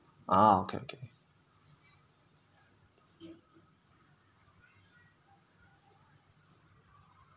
ah okay okay